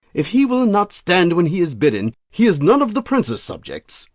if he will not stand when he is bidden, he is none of the prince's subjects.